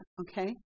okay